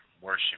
worship